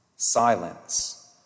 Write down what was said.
Silence